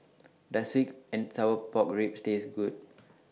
Does Sweet and Sour Pork Ribs Taste Good